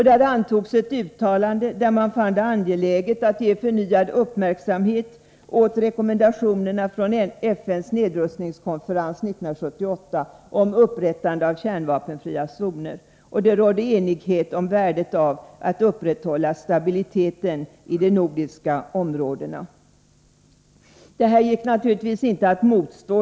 Det antogs ett uttalande i vilket man sade att det var angeläget att ge förnyad uppmärksamhet åt rekommendationerna vid FN:s nedrustningskonferens 1978 om upprättande av kärnvapenfria zoner. Det rådde enighet om värdet av att upprätthålla stabiliteten i det nordiska området. Det här gick naturligtvis inte att motstå.